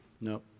no